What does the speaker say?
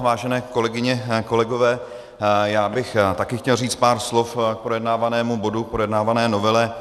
Vážené kolegyně, kolegové, já bych taky chtěl říct pár slov k projednávanému bodu, k projednávané novele.